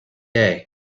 day